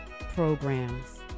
programs